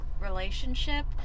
relationship